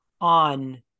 on